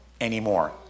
anymore